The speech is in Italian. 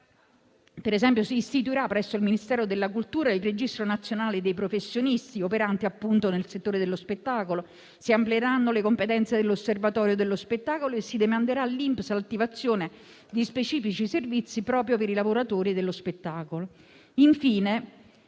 Per esempio, si istituirà presso il Ministero della cultura il Registro nazionale dei professionisti operanti nel settore dello spettacolo, si amplieranno le competenze dell'Osservatorio dello spettacolo e si demanderà all'INPS l'attivazione di specifici servizi proprio per i lavoratori dello spettacolo.